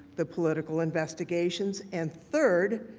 the political investigations and third,